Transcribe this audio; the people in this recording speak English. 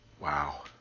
Wow